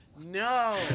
no